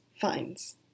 fines